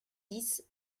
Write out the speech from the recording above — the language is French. dix